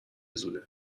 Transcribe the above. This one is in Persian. زوده